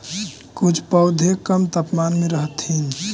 कुछ पौधे कम तापमान में रहथिन